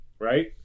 right